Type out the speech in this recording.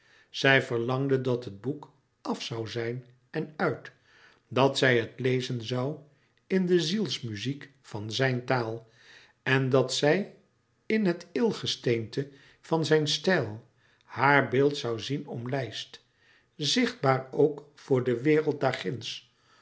zij verlangde dat het boek af zoû zijn en uit dat zij het lezen zoû in de zielsmuziek van zijn taal en dat zij in het eêlgesteente van zijn stijl haar beeld zoû zien omlijst zichtbaar ook voor de wereld